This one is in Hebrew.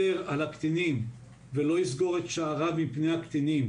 על הקטינים ולא יסגור את שעריו מפני הקטינים.